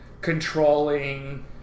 controlling